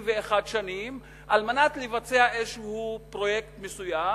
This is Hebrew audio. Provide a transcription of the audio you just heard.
שנים כדי לבצע איזשהו פרויקט מסוים,